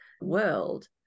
world